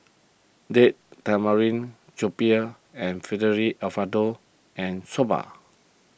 Date Tamarind and Fettuccine Alfredo and Soba